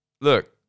look